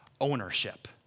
ownership